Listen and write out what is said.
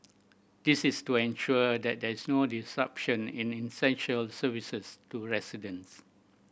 this is to ensure that there is no disruption in essential services to residents